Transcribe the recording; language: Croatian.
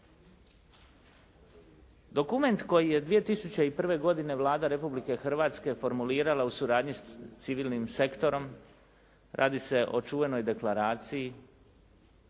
Dokument koji je 2001. godine Vlada Republike Hrvatske formulirala u suradnji s civilnim sektorom, radi se o čuvenoj deklaraciji